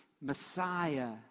Messiah